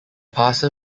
parser